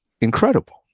incredible